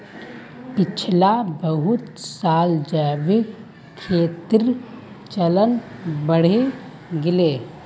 पिछला बहुत सालत जैविक खेतीर चलन बढ़े गेले